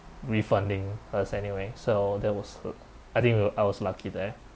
refunding us anyway so that was uh I think I was lucky there